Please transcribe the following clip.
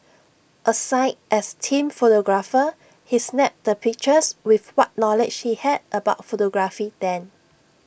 assigned as team photographer he snapped the pictures with what knowledge he had about photography then